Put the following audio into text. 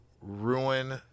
ruin